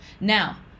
Now